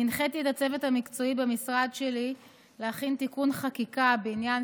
אני הנחיתי את הצוות המקצועי במשרד שלי להכין תיקון חקיקה בעניין